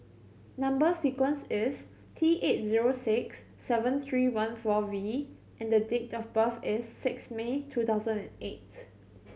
number sequence is T eight zero six seven three one four V and the date of birth is six May two thousand and eight